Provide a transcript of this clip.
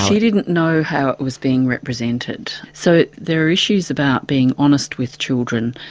she didn't know how it was being represented. so there are issues about being honest with children,